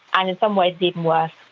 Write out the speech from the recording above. and in some ways it's even worse,